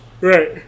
Right